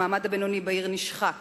המעמד הבינוני בעיר נשחק,